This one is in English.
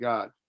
God